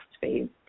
phase